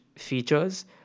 features